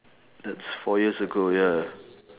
that's four years ago ya